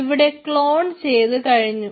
ഇവിടെ ക്ലോൺ ചെയ്തുകഴിഞ്ഞു